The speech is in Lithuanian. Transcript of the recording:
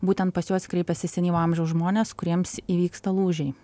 būtent pas juos kreipiasi į amžiaus žmones kuriems įvyksta lūžiai